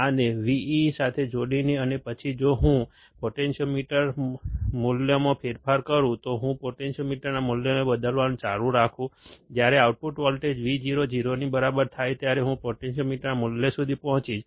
આને VEE સાથે જોડીને અને પછી જો હું પોટેન્ટીયોમીટર મૂલ્યમાં ફેરફાર કરું જો હું પોટેન્ટીયોમીટરના મૂલ્યને બદલવાનું ચાલુ રાખું જ્યારે આઉટપુટ વોલ્ટેજ Vo 0 ની બરાબર થાય ત્યારે હું પોટેન્ટીયોમીટરના મૂલ્ય સુધી પહોંચીશ